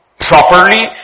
Properly